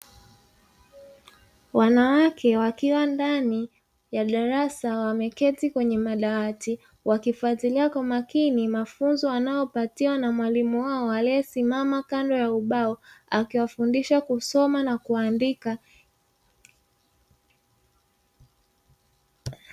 Wanawake wakiwa ndani ya darasa, wameketi kwenye madawati wakifuatilia kwa umakini mafunzo wanayopatiwa na mwalimu wao aliyesimama kando ya ubao, akiwafundisha kusoma na kuandika.